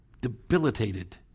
debilitated